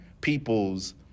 people's